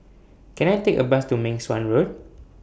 Can I Take A Bus to Meng Suan Road